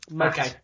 Okay